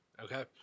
Okay